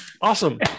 awesome